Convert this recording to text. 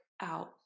out